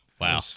Wow